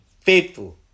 faithful